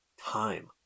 time